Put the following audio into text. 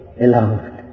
allowed